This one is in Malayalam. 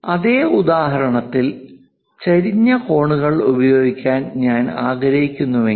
അതേ ഉദാഹരണത്തിൽ ചെരിഞ്ഞ കോണുകൾ ഉപയോഗിക്കാൻ ഞാൻ ആഗ്രഹിക്കുന്നുവെങ്കിൽ